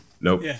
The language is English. Nope